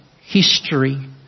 history